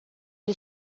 ele